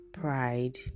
pride